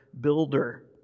builder